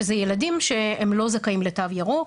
שזה ילדים שהם לא זכאים לתו ירוק,